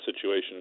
situation